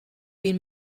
been